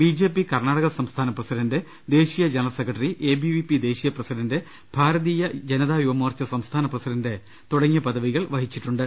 BJP Karnataka സംസ്ഥാന president ദേശീയ general secretary ABVP ദേശീയ പ്രസിഡന്റ് ഭാരതീയ ജനതയുവമോർച്ച സംസ്ഥാന പ്രസിഡന്റ് തുടങ്ങിയ പദവികൾ വഹിച്ചിട്ടുണ്ട്